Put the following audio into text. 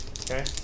Okay